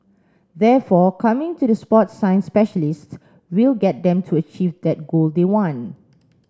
therefore coming to the sport science specialists will get them to achieve that goal they want